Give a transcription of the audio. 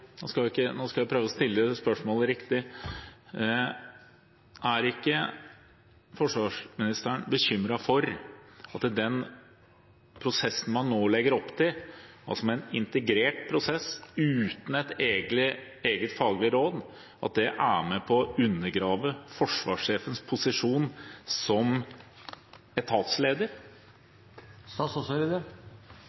nå legger opp til, altså en integrert prosess uten et eget faglig råd, er med på å undergrave forsvarssjefens posisjon som etatsleder?